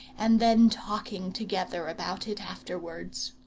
and then talking together about it afterwards